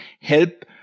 help